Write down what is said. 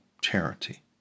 charity